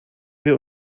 wir